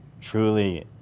truly